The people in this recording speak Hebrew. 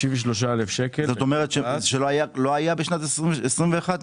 זאת אומרת, שלא היה בשנת 2021?